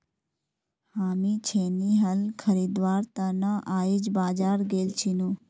हामी छेनी हल खरीदवार त न आइज बाजार गेल छिनु